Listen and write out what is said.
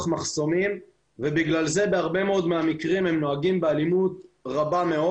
מחסומים ובגלל זה בהרבה מאוד מהמקרים הם נוהגים באלימות רבה מאוד.